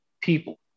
people